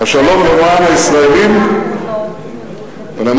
בינתיים הוא מסתדר יופי, בשנתיים האחרונות.